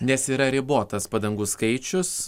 nes yra ribotas padangų skaičius